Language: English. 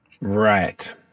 right